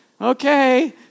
okay